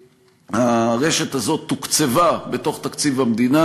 הרשת הזאת תוקצבה בתוך תקציב המדינה,